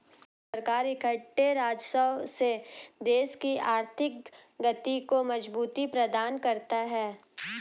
सरकार इकट्ठे राजस्व से देश की आर्थिक गति को मजबूती प्रदान करता है